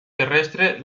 terrestre